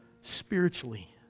Spiritually